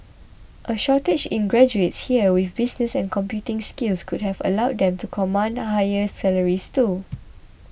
a shortage in graduates here with business and computing skills could have allowed them to command higher salaries too